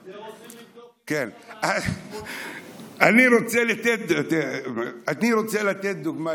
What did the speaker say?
ועושים נגדו, אני רוצה לתת דוגמה לכך.